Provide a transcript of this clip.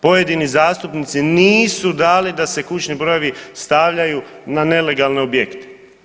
Pojedini zastupnici nisu dali da se kućni brojevi stavljaju na nelegalne objekte.